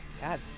God